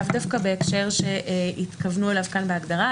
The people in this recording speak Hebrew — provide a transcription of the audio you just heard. לאו דווקא בהקשר שהתכוונו אליו כאן בהגדרה.